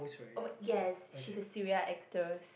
oh my yes she is a Suria actress